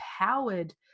empowered